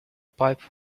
pipe